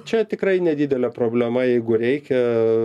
čia tikrai nedidelė problema jeigu reikia